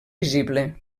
visible